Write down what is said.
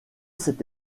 cette